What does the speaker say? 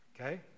okay